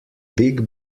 big